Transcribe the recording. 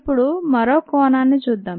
ఇప్పుడు మరో కోణాన్ని చూద్దాం